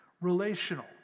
relational